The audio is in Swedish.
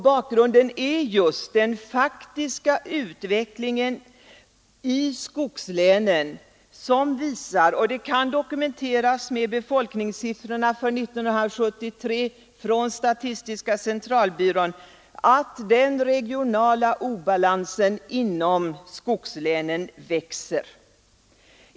Bakgrunden är just den faktiska utvecklingen i skogslänen, som visar — och det kan dokumenteras med befolkningssiffrorna för 1973 från statistiska centralbyrån — att den regionala obalansen inom skogslänen växer.